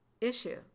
issue